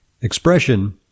expression